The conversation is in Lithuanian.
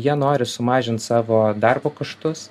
jie nori sumažint savo darbo kaštus